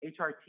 HRT